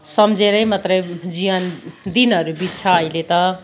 सम्झेरै मात्रै जीवन दिनहरू बित्छ अहिले त